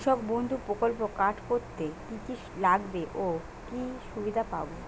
কৃষক বন্ধু প্রকল্প কার্ড করতে কি কি লাগবে ও কি সুবিধা পাব?